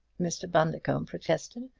mr. bundercombe protested,